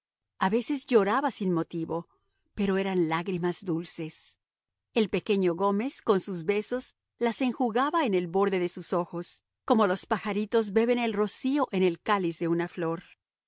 a veces lloraba sin motivo pero eran lágrimas dulces el pequeño gómez con sus besos las enjugaba en el borde de sus ojos como los pajaritos beben el rocío en el cáliz de una flor